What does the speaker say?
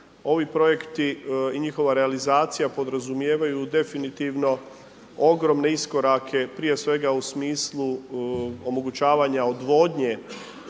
ovi projekti, i njihova realizacija podrazumijevaju definitivno, ogromne iskorake, prije svega u smislu omogućavanja odvodnje